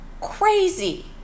crazy